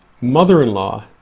mother-in-law